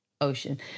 Ocean